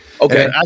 Okay